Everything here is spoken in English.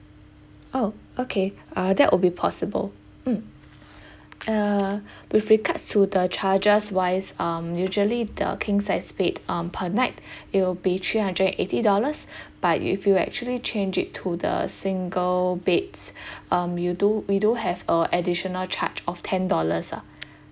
oh okay uh that will be possible mm uh with regards to the charges wise um usually the king size bed um per night it'll be three hundred eighty dollars but if you actually change it to the single beds um you do we do have uh additional charge of ten dollars ah